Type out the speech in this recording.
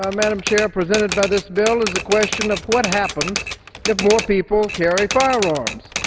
um madam chair, presented by this bill is a question of what happens if more people carry firearms.